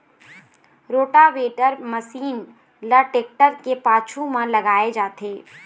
rotavator machine ल tractor के पाछू म लगाए जाथे